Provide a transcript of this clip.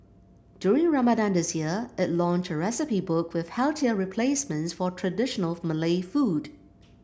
during Ramadan this year it launched a recipe book with healthier replacements for traditional Malay food